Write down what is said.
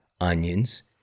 onions